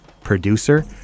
producer